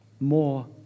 more